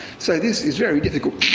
so this is very difficult,